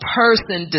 person